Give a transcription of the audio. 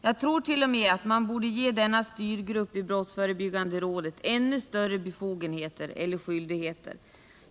Jag tror t.o.m. att man borde ge denna styrgrupp i brottsförebyggande rådet ännu större befogenheter — eller skyldigheter.